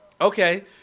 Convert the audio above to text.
Okay